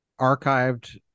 archived